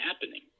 happening